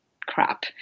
crap